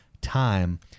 time